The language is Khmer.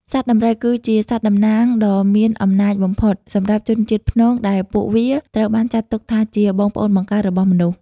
សត្វដំរី គឺជាសត្វតំណាងដ៏មានអំណាចបំផុតសម្រាប់ជនជាតិព្នង ដែលពួកវាត្រូវបានចាត់ទុកថាជាបងប្អូនបង្កើតរបស់មនុស្ស។